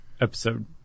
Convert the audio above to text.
episode